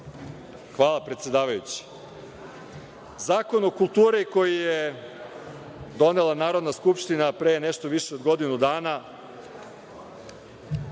Hvala predsedavajući. Zakon o kulturi koji je donela Narodna skupština pre nešto više od godinu dana